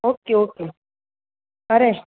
okay okay અરે